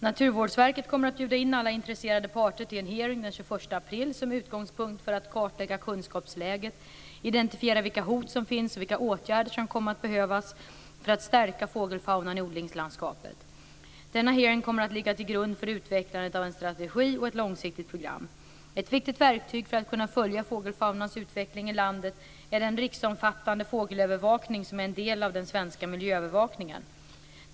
Naturvårdsverket kommer att bjuda in alla intresserade parter till en hearing den 21 april, som utgångspunkt för att kartlägga kunskapsläget, identifiera vilka hot som finns och vilka åtgärder som kommer att behövas för att man skall kunna stärka fågelfaunan i odlingslandskapet. Denna hearing kommer att ligga till grund för utvecklande av en strategi och ett långsiktigt program. Ett viktigt verktyg för att kunna följa fågelfaunans utveckling i landet är den riksomfattande fågelövervakning som är en del av den svenska miljöövervakningen.